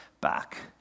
back